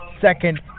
second